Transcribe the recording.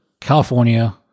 California